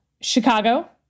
Chicago